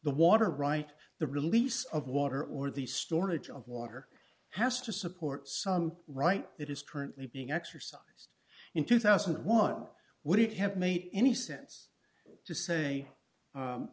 the water right the release of water or the storage of water has to support some right that is currently being exercised in two thousand and one would it have made any sense to say